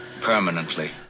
Permanently